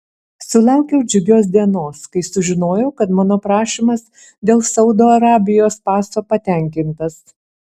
sulaukiau džiugios dienos kai sužinojau kad mano prašymas dėl saudo arabijos paso patenkintas